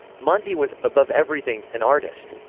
monti was, above everything, an artist.